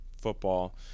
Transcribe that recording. football